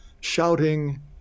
shouting